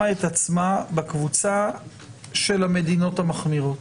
את עצמה בקבוצה של המדינות המחמירות.